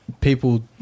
people